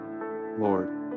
Lord